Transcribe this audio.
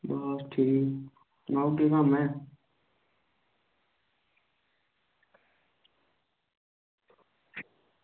आं बस ठीक केह् बनाने